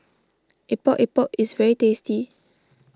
Epok Epok is very tasty